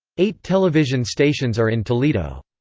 eight television stations are in toledo.